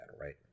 right